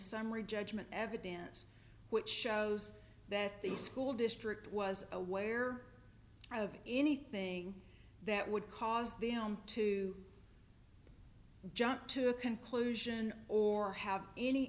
summary judgment evidence which shows that the school district was aware of anything that would cause them to jump to a conclusion or have any